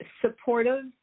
supportive